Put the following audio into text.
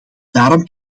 daarom